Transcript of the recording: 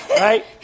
right